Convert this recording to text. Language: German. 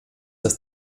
dass